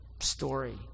story